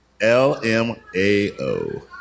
L-M-A-O